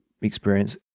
experience